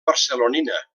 barcelonina